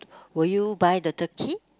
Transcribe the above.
will you buy the turkey